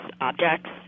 objects